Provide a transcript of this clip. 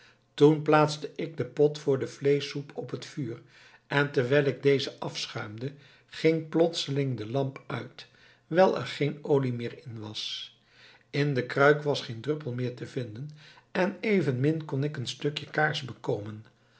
toen plaatste ik den pot voor de vleeschsoep op het vuur en terwijl ik deze afschuimde ging plotseling de lamp uit wijl er geen olie meer in was in de kruik was geen druppel meer te vinden en evenmin kon ik een stukje kaars bekomen